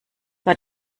war